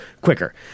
quicker